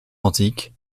antique